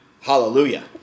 hallelujah